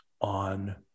on